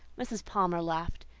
mrs. palmer laughed,